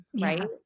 right